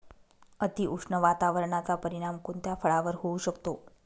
अतिउष्ण वातावरणाचा परिणाम कोणत्या फळावर होऊ शकतो?